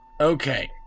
Okay